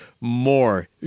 more